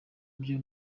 byo